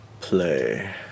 play